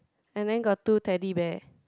and then got two Teddy Bear